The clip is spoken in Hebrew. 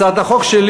הצעת החוק שלי,